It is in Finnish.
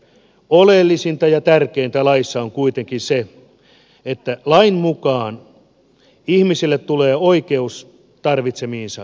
oleellisinta ja tärkeintä laissa on kuitenkin se että lain mukaan ihmisille tulee oikeus tarvitsemiinsa palveluihin